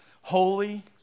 Holy